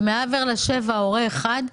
ומעבר לזה הורה אחד.